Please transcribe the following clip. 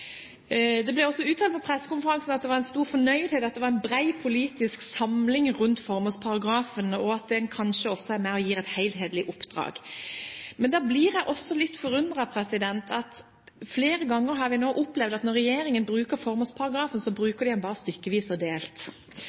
Det ble også uttalt på pressekonferansen at man var svært fornøyd, at det var en bred politisk samling rundt formålsparagrafen, og at den kanskje også er med og gir et helhetlig oppdrag. Men da blir jeg også litt forundret, for flere ganger har vi nå opplevd at når regjeringen bruker formålsparagrafen, bruker de den bare stykkevis og delt.